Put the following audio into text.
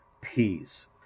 peace